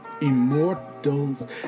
Immortals